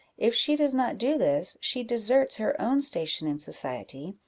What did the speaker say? if she does not do this, she deserts her own station in society,